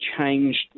changed